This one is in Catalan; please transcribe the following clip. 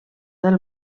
del